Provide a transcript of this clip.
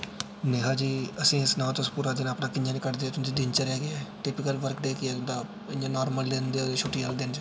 नेहा जी असेंगी सनाओ तुस पूरा दिन अपना कि'यां न कड्ढदे तुं'दी दिनचर्या केह् ऐ टिपिकल वर्क डे केह् ऐ तुं'दा इयां नार्मल दिन ते छुट्टी आह्ले दिन च